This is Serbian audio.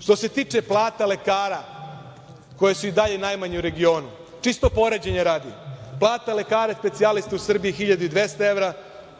što se tiče plata lekara koje su i dalje najmanje u regionu, čisto poređenja radi, plata lekara specijalista u Srbiji je 1.200 evra,